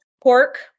pork